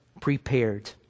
prepared